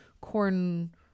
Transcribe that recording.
corn